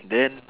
then